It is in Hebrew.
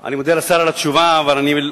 אני מודה לשר על התשובה, אבל לצערי,